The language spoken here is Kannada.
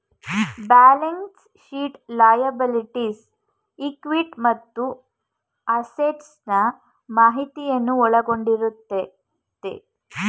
ಬ್ಯಾಲೆನ್ಸ್ ಶೀಟ್ ಲಯಬಲಿಟೀಸ್, ಇಕ್ವಿಟಿ ಮತ್ತು ಅಸೆಟ್ಸ್ ನಾ ಮಾಹಿತಿಯನ್ನು ಒಳಗೊಂಡಿರುತ್ತದೆ